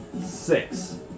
six